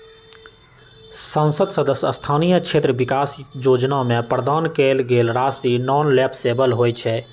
संसद सदस्य स्थानीय क्षेत्र विकास जोजना में प्रदान कएल गेल राशि नॉन लैप्सबल होइ छइ